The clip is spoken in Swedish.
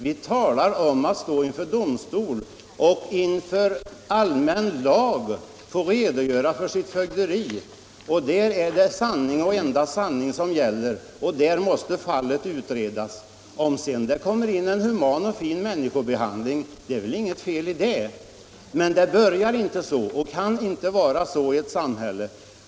Vi talar om att stå inför domstol och inför allmän lag få redogöra för sitt fögderi. Där är det sanningen och endast sanningen som gäller, och där måste fallet utredas. Om det sedan kommer in en human och fin människobehandling är det väl inget fel i det. Men det börjar inte'så, och kan inte vara så i ett samhälle.